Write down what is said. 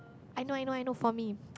I know I know I know for me